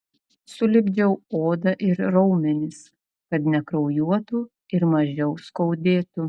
sulipdžiau odą ir raumenis kad nekraujuotų ir mažiau skaudėtų